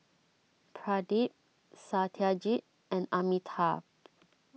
Pradip Satyajit and Amitabh